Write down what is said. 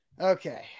Okay